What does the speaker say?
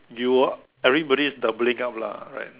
you everybody is doubling up lah right